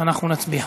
ואנחנו נצביע.